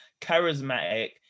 charismatic